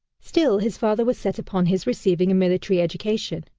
still his father was set upon his receiving a military education.